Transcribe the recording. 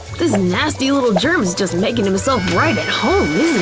this nasty little germ is just making himself right at home,